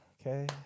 okay